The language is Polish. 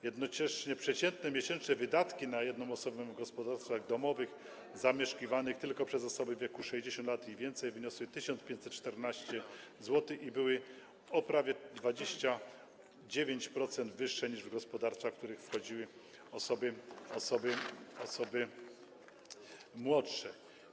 Jednocześnie przeciętne miesięczne wydatki na jedną osobę w gospodarstwach domowych zamieszkiwanych tylko przez osoby w wieku 60 lat i więcej wyniosły 1514 zł i były o prawie 29% wyższe niż w gospodarstwach, w skład których wchodziły osoby młodsze.